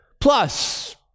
plus